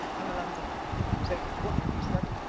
i'm a londoner now so what did you study?